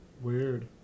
Weird